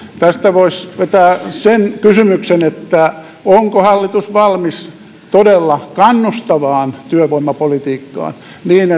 tästä voisi vetää kysymyksen onko hallitus valmis todella kannustavaan työvoimapolitiikkaan niin